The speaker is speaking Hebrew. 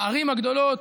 הערים הגדולות,